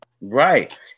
Right